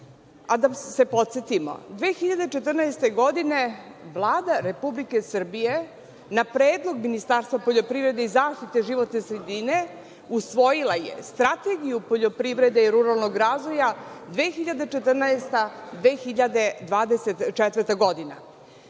Da se podsetimo, 2014. godine Vlada Republike Srbije, na predlog Ministarstva poljoprivrede i zaštite životne sredine, usvojila je Strategiju poljoprivrede i ruralnog razvoja 2014 – 2024. godina.